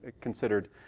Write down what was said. considered